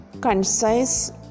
concise